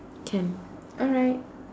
can all right